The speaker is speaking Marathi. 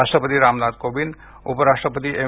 राष्ट्रपती रामनाथ कोविंद उप राष्ट्रपती एम